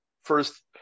first